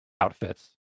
outfits